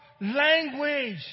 language